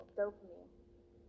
dopamine